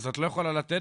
אז את לא יכולה לתת,